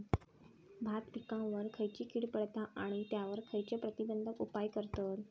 भात पिकांवर खैयची कीड पडता आणि त्यावर खैयचे प्रतिबंधक उपाय करतत?